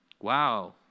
wow